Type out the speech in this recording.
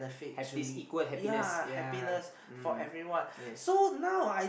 have this equal happiness ya mm yes